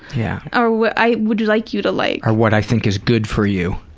yeah or what i would like you to like. or what i think is good for you.